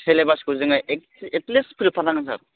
सिलेबासखौ जोङो at least फोजोबखानांगोन सार